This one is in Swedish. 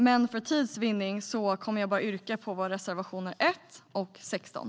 Men för tids vinnande yrkar jag bifall bara till våra reservationer 1 och 16.